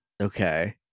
Okay